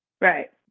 Right